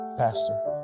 Pastor